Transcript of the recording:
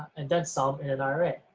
and then some in an ira.